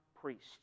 priest